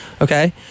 Okay